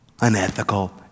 unethical